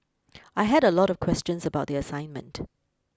I had a lot of questions about the assignment